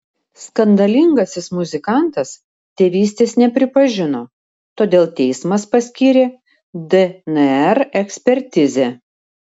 skandalingasis muzikantas tėvystės nepripažino todėl teismas paskyrė dnr ekspertizę